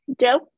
Joe